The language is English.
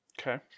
Okay